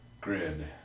grid